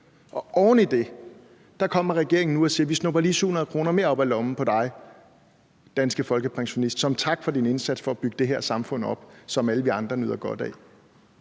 og oven i det kommer regeringen nu og siger, at vi snupper lige 700 kr. mere op af lommen på dig, danske folkepensionist, som tak for din indsats for at bygge det her samfund op, som alle vi andre nyder godt af.